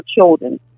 children